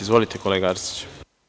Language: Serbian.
Izvolite, kolega Arsiću.